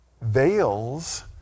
veils